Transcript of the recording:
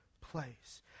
place